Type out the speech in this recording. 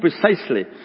precisely